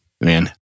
man